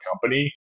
company